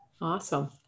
Awesome